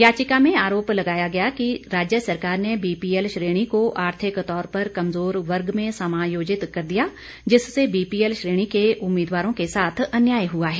याचिका में आरोप लगाया गया कि राज्य सरकार ने बीपीएल श्रेणी को आर्थिक तौर पर कमजोर वर्ग में समायोजित कर दिया जिससे बीपीएल श्रेणी के उम्मीदवारों के साथ अन्याय हुआ है